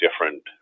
different